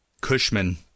Cushman